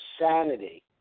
sanity